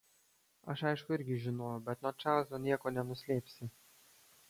aš aišku irgi žinojau bet nuo čarlzo nieko nenuslėpsi